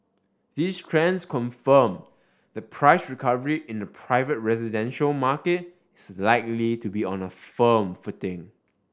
these trends confirm the price recovery in the private residential market is likely to be on a firm footing